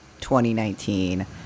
2019